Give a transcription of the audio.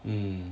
mmhmm